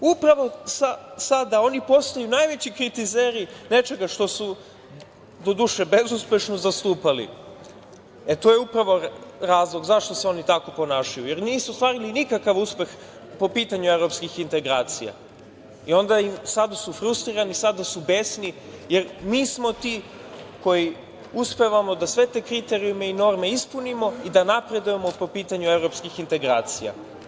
Upravo sada oni postaju najveći kritizeri nečega što su doduše bezuspešno zastupali, e to je upravo razlog zašto se oni tako ponašaju, jer nisu ostvarili nikakav uspeh po pitanju evropskih integracija i onda sada su frustrirani, sada su besni, jer mi smo ti koji uspevamo da sve te kriterijume i norme ispunimo i da napredujemo po pitanju evropskih integracija.